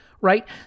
right